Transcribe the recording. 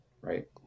Right